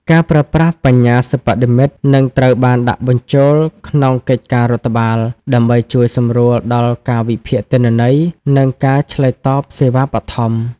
ការប្រើប្រាស់បញ្ញាសិប្បនិម្មិត នឹងត្រូវបានដាក់បញ្ចូលក្នុងកិច្ចការរដ្ឋបាល ដើម្បីជួយសម្រួលដល់ការវិភាគទិន្នន័យ និងការឆ្លើយតបសេវាបឋម។